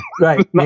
right